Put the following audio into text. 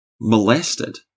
molested